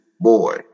boy